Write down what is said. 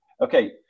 Okay